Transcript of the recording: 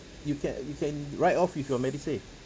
you can you can write off with your medisave